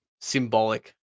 symbolic